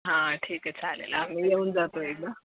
हां ठीक आहे चालेल आम्ही येऊन जातो एकदा